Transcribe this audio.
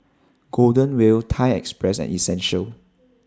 Golden Wheel Thai Express and Essential